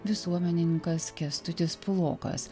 visuomenininkas kęstutis pulokas